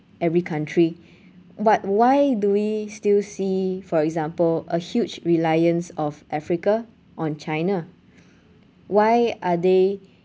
every country but why do we still see for example a huge reliance of africa on china why are they